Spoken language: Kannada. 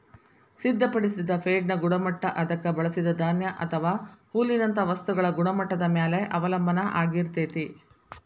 ಸಿದ್ಧಪಡಿಸಿದ ಫೇಡ್ನ ಗುಣಮಟ್ಟ ಅದಕ್ಕ ಬಳಸಿದ ಧಾನ್ಯ ಅಥವಾ ಹುಲ್ಲಿನಂತ ವಸ್ತುಗಳ ಗುಣಮಟ್ಟದ ಮ್ಯಾಲೆ ಅವಲಂಬನ ಆಗಿರ್ತೇತಿ